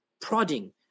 prodding